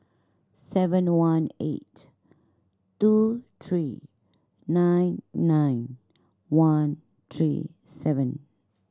seven one eight two three nine nine one three seven